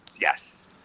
Yes